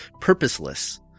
purposeless